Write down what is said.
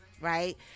right